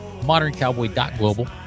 ModernCowboy.global